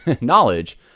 knowledge